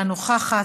אינה נוכחת,